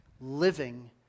living